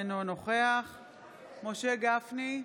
אינו נוכח משה גפני,